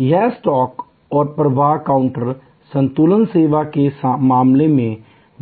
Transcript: यह स्टॉक और प्रवाह काउंटर संतुलन सेवा के मामले में